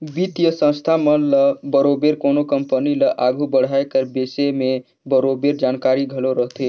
बित्तीय संस्था मन ल बरोबेर कोनो कंपनी ल आघु बढ़ाए कर बिसे में बरोबेर जानकारी घलो रहथे